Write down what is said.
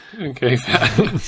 Okay